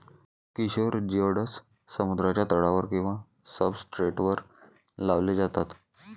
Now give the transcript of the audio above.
किशोर जिओड्स समुद्राच्या तळावर किंवा सब्सट्रेटवर लावले जातात